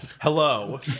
Hello